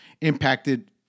impacted